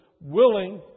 willing